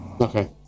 Okay